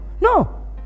No